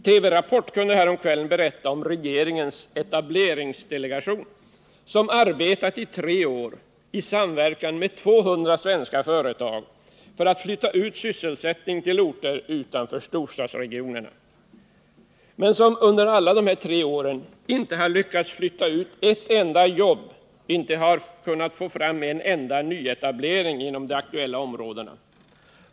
TV-Rapport berättade häromkvällen om regeringens etableringsdelegation, som arbetat i tre år i samverkan med 200 företag för att flytta ut sysselsättning till orter utanför storstadsregionerna men som inte lyckats flytta ut ett enda jobb, inte lyckats skapa en enda nyetablering inom de aktuella områdena.